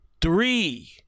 three